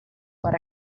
per